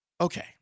Okay